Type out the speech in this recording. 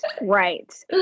right